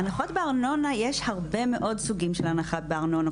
הנחות בארנונה יש הרבה מאוד סוגים של הנחה בארנונה,